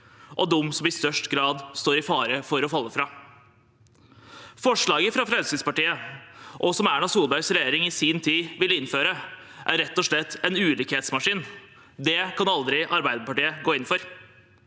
og de som i størst grad står i fare for å falle fra. Forslaget fra Fremskrittspartiet, som Erna Solbergs regjering i sin tid ville innføre, er rett og slett en ulikhetsmaskin. Det kan aldri Arbeiderpartiet gå inn for.